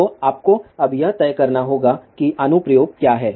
तो आपको अब यह तय करना होगा कि अनुप्रयोग क्या है